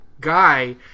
guy